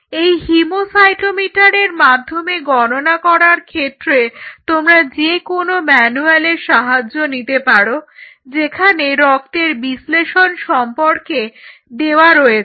এই হিমোসাইটোমিটারের মাধ্যমে গণনা করার ক্ষেত্রে তোমরা যে কোনো ম্যানুয়ালের সাহায্য নিতে পারো যেখানে রক্তের বিশ্লেষণ সম্পর্কে দেওয়া রয়েছে